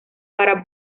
para